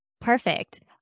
perfect